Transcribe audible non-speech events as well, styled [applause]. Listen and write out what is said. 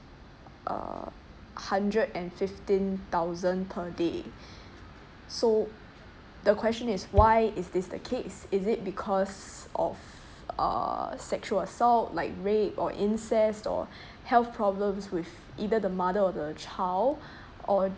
a hundred and fifteen thousand per day [breath] so the question is why is this the case is it because of uh sexual assault like rape or incest or [breath] health problems with either the mother or the child [breath] or